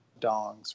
dongs